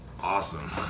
Awesome